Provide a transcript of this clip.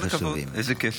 כל הכבוד, איזה כיף.